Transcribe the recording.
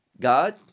God